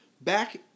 back